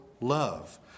love